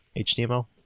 HTML